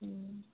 ও